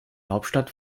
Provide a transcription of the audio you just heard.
hauptstadt